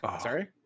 Sorry